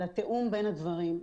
על התיאום בין הדברים.